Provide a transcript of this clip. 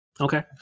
okay